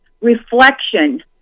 reflection